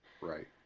Right